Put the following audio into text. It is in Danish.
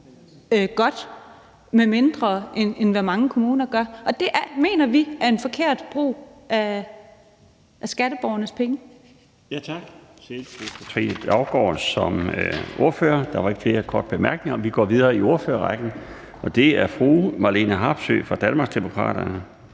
godt med færre, end hvad mange kommuner gør, så vi mener, at det er en forkert brug af skatteborgernes penge. Kl.